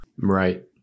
Right